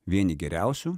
vieni geriausių